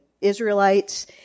Israelites